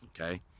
okay